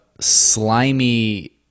slimy